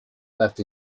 left